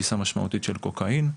תפיסה משמעותית של קוקאין.